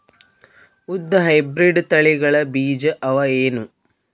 ಉದ್ದ ಹೈಬ್ರಿಡ್ ತಳಿಗಳ ಬೀಜ ಅವ ಏನು?